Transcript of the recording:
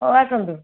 ହେଉ ଆସନ୍ତୁ